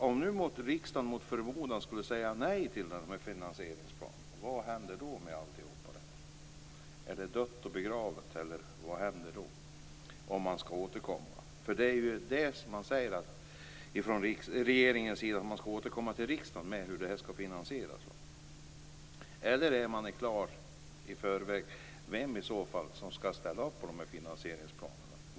Om riksdagen, mot förmodan, säger nej till finansieringsplanen, vad händer då med allt? Är det dött och begravet? Skall man återkomma? Regeringen säger ju att man skall återkomma till riksdagen med förslag till finansiering. Är det klart vem som skall ställa upp på finansieringsplanerna?